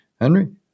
Henry